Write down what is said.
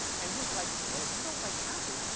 and he's like, well, if you don't like kathy,